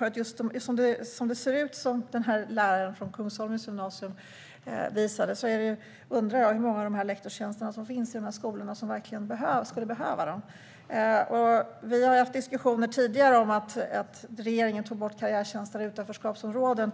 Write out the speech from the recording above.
Något som jag känner extra mycket för och undrar över är hur många av lektorstjänsterna som finns i de skolor som verkligen skulle behöva dem. Vi har ju haft diskussioner tidigare om att regeringen tog bort karriärtjänsterna i utanförskapsområden.